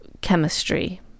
chemistry